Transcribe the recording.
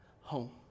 home